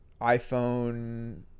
iPhone